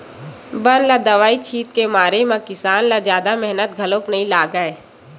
बन ल दवई छित के मारे म किसान ल जादा मेहनत घलो नइ लागय